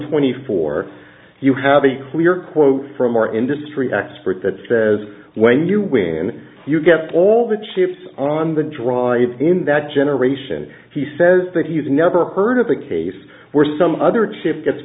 twenty four you have a clear quote from our industry expert that says when you when you get all the chips on the drive in that generation he says that you've never heard of the case where some other chip gets